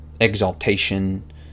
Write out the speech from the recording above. exaltation